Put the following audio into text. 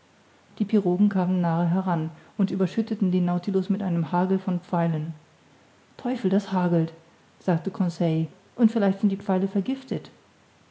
die pirogen kamen nahe heran und überschütteten den nautilus mit einem hagel von pfeilen teufel das hagelt sagte conseil und vielleicht sind die pfeile vergiftet